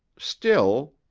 still